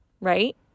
right